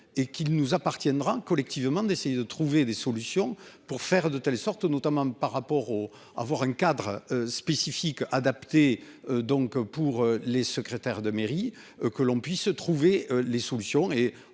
et qu'il nous appartiendra collectivement d'essayer de trouver des solutions pour faire de telle sorte notamment par rapport au avoir un cadre spécifique adapté donc pour les secrétaires de mairie, que l'on puisse trouver les solutions